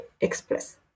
express